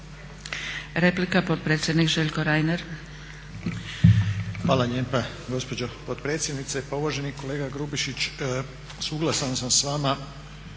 Replika, potpredsjednik Željko Reiner.